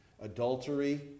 Adultery